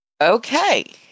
Okay